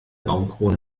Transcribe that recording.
baumkrone